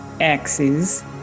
axes